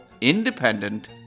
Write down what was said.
independent